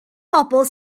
bobl